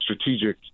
strategic